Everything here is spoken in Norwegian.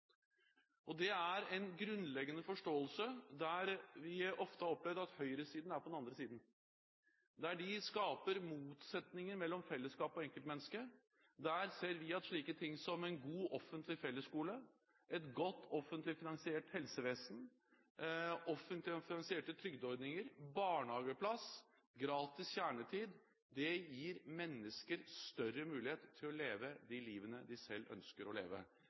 satse. Dette er en grunnleggende forståelse – der vi ofte har opplevd at høyresiden er på den andre siden. Der de skaper motsetninger mellom fellesskapet og enkeltmennesket, der ser vi at slike ting som en god offentlig fellesskole, et godt offentlig finansiert helsevesen, offentlig finansierte trygdeordninger, barnehageplass og gratis kjernetid gir mennesker en større mulighet til å leve de livene de selv ønsker å leve.